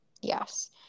Yes